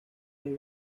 der